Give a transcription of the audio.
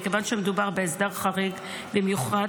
מכיוון שמדובר בהסדר חריג במיוחד,